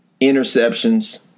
interceptions